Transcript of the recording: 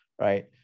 right